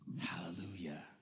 hallelujah